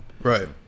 Right